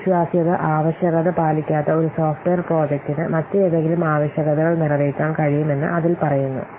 ഒരു വിശ്വാസ്യത ആവശ്യകത പാലിക്കാത്ത ഒരു സോഫ്റ്റ്വെയർ പ്രോജക്റ്റിന് മറ്റേതെങ്കിലും ആവശ്യകതകൾ നിറവേറ്റാൻ കഴിയുമെന്ന് അതിൽ പറയുന്നു